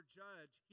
judge